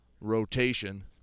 rotation